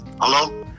Hello